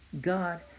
God